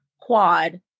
quad